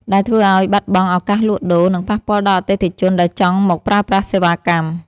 ដែលធ្វើឱ្យបាត់បង់ឱកាសលក់ដូរ និងប៉ះពាល់ដល់អតិថិជនដែលចង់មកប្រើប្រាស់សេវាកម្ម។